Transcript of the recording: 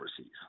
overseas